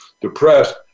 depressed